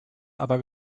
aber